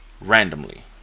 randomly